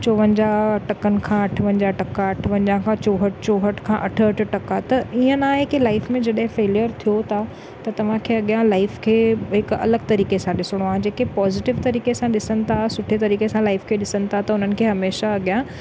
चोवंजाहु टकनि खां अठुवंजाहु टका अठुवंजाह खां चोहठि चोहठि खां अठहठि टका त ईअं न आहे कि लाइफ में जॾहिं फेलियर थियो था त तव्हां खे अॻियां लाइफ खे हिकु अलॻि तरीके सां ॾिसणो आहे जेके पॉज़िटिव तरीके सां ॾिसनि था सुठे तरीके सां लाइफ खे ॾिसनि था त हुननि खे हमेशा अॻियां